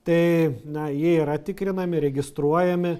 tai na jie yra tikrinami registruojami